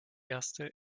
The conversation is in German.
erste